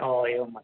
ओ एवं वा